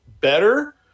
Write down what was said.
better